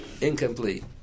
incomplete